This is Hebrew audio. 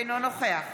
אינו נוכח